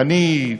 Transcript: ואני,